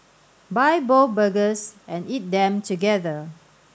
buy both burgers and eat them together